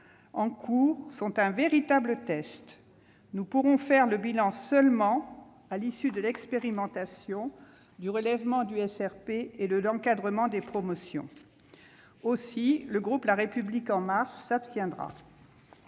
en cours sont un véritable test. Nous pourrons faire le bilan seulement à l'issue de l'expérimentation du relèvement du SRP et de l'encadrement des promotions. Aussi, le groupe La République En Marche s'abstiendra.